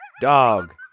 Dog